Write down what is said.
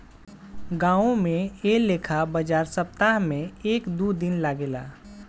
गांवो में ऐ लेखा बाजार सप्ताह में एक दू दिन लागेला